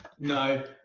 No